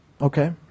okay